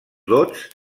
dots